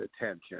attention